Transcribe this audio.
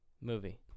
movie